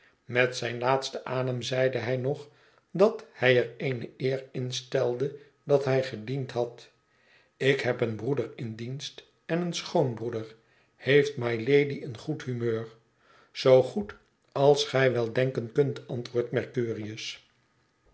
met zijn laatsten adem zeide hij nog dat hij er eene eer in stelde dat hij gediend had ik heb een broeder in dienst en een schoonbroeder heeft mylady een goed humeur zoo goed als gij wel denken kunt antwoordt mercurius